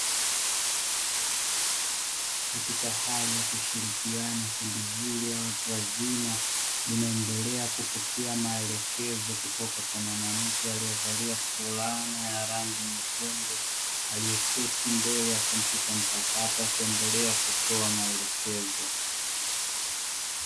Katika hali ya kushirikiana kundi hili la watu wazima limeendelea kupokea maelekezo kutoka kwa mwanamke aliyevalia fulana ya rangi nyekundu, aliyeketi mbele ya kompyuta mpakato akiendelea kutoa maelekezo.